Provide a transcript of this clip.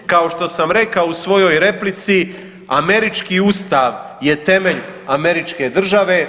Kao što sam rekao u svojoj replici američki Ustav je temelj Američke države.